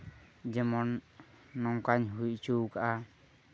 ᱡᱮᱢᱚᱱ ᱱᱚᱝᱠᱟᱧ ᱦᱩᱭ ᱦᱚᱪᱚ ᱠᱟᱜᱼᱟ